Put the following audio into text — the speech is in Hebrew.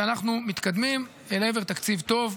ואנחנו מתקדמים לעבר תקציב טוב,